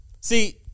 see